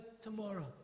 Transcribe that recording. tomorrow